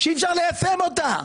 שאי-אפשר ליישם אותה.